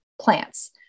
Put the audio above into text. plants